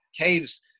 caves